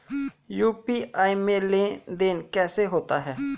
UPI में लेनदेन कैसे होता है?